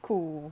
cool